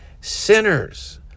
sinners